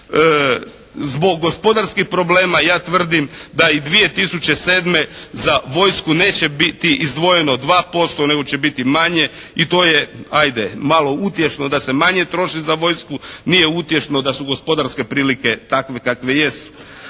Zbog gospodarskih problema ja tvrdim da i 2007. za vojsku neće biti izdvojeno 2% nego će biti manje i to je ajde malo utješno da se manje troši za vojsku. Nije utješno da su gospodarske prilike takve kakve jesu.